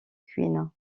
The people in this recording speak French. queen